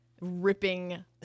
ripping